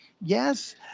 Yes